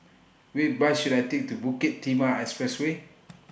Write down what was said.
Which Bus should I Take to Bukit Timah Expressway